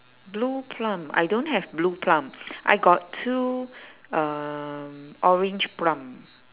blue plum I don't have blue plum I got two um orange plum